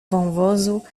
wąwozu